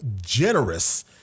generous